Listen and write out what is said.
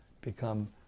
become